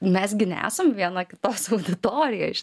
mes gi nesam viena kitos auditorija iš